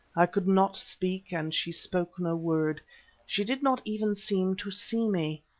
i could not speak, and she spoke no word she did not even seem to see me.